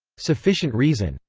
sufficient reason.